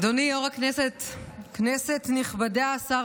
אדוני יו"ר הישיבה, כנסת נכבדה, שר